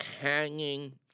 hanging